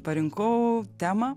parinkau temą